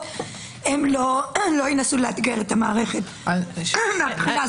- הן לא ינסו לאתגר את המערכת מהבחינה הזו.